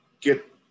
get